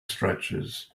stretches